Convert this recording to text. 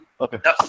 okay